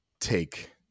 take